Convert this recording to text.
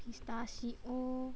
pistachio